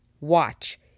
watch